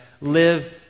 live